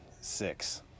six